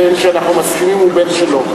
בין שאנחנו מסכימים ובין שלא.